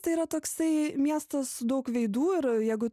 tai yra toksai miestas su daug veidų ir jeigu